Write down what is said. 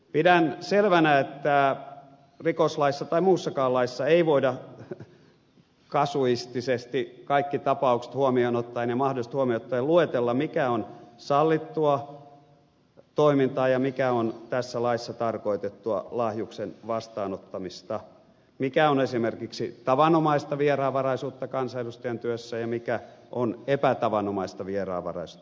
pidän selvänä että rikoslaissa tai muussakaan laissa ei voida kasuistisesti kaikki mahdolliset tapaukset huomioon ottaen luetella mikä on sallittua toimintaa ja mikä on tässä laissa tarkoitettua lahjuksen vastaanottamista mikä on esimerkiksi tavanomaista vieraanvaraisuutta kansanedustajan työssä ja mikä on epätavanomaista vieraanvaraisuutta